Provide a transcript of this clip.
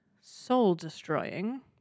soul-destroying